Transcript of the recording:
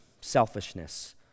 selfishness